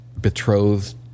betrothed